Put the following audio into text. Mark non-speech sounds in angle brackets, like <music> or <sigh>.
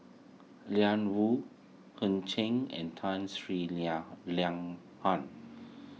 Ian Woo Ho Ching and Tun Sri <unintelligible>